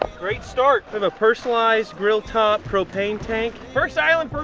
great start. have a personalized grill top propane tank. first island,